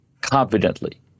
confidently